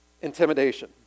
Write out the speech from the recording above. intimidation